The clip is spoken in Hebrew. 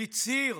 והצהיר: